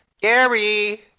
Gary